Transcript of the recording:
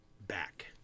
back